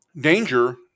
danger